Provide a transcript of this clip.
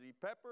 Pepper